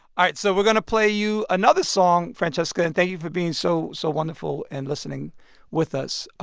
all right. so we're going to play you another song, franchesca. and thank you for being so so wonderful and listening with us.